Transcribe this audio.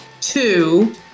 two